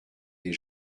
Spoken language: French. des